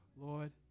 Lord